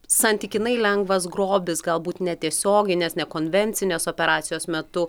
santykinai lengvas grobis galbūt netiesiogiai nes nekonvencinės operacijos metu